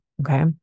okay